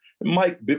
Mike